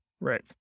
Right